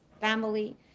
family